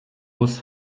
bus